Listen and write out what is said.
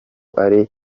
ari